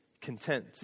content